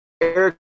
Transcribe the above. Eric